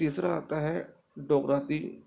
تیسرا آتا ہے ڈوغاتی